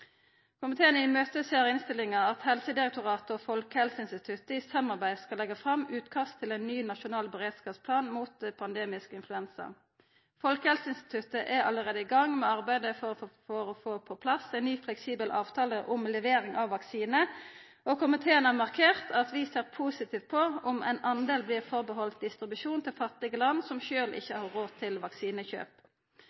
Komiteen ser fram til at Helsedirektoratet og Folkehelseinstituttet i samarbeid skal leggja fram utkast til ny nasjonal beredskapsplan mot pandemisk influensa. Folkehelseinstituttet er allereie i gang med arbeidet for å få på plass ein ny fleksibel avtale om levering av vaksine, og komiteen har markert at vi er positive til at ein del vert halden unna til distribusjon til fattige land som ikkje